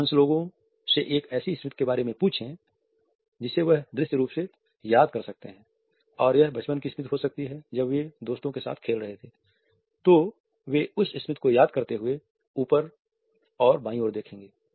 अधिकांश लोगों से एक ऐसी स्मृति के बारे में पूछें जिसे वह दृश्य के रूप से याद कर सकते हैं और यह बचपन की स्मृति हो सकती है जब वे दोस्तों के साथ खेल रहे थे तो वे उस स्मृति को याद करते हुए ऊपर और बाईं ओर देखेंगे